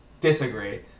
Disagree